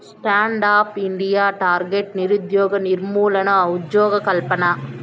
stand up India target నిరుద్యోగ నిర్మూలన, ఉజ్జోగకల్పన